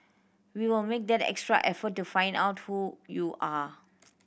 we will make that extra effort to find out who you are